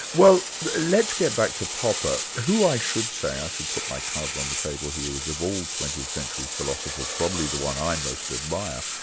well let's get back to popper, who i should say i should put my cards on the table here is of all twentieth century philosophers, probably the one i most admire.